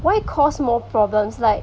why cause more problems like